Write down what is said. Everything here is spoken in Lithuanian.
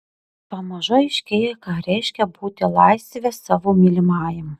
pamažu aiškėja ką reiškia būti laisve savo mylimajam